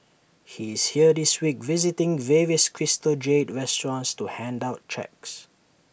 he is here this week visiting various crystal jade restaurants to hand out cheques